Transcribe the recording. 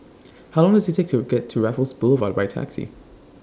How Long Does IT Take to get to Raffles Boulevard By Taxi